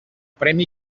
premi